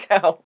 go